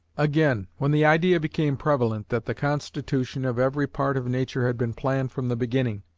again, when the idea became prevalent that the constitution of every part of nature had been planned from the beginning,